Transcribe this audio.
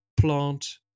plant